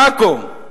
עכו,